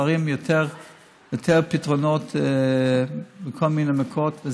דברים שנותנים פתרונות מכל מיני מקורות,